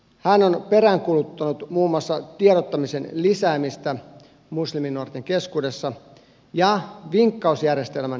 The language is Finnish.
hän on peräänkuuluttanut muun muassa tiedottamisen lisäämistä musliminuorten keskuudessa ja vinkkausjärjestelmän rakentamista